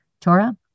Torah